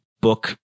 book